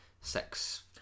sex